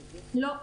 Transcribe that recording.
לא.